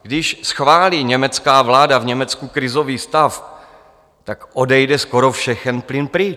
Když schválí německá vláda v Německu krizový stav, tak odejde skoro všechen plyn pryč.